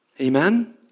Amen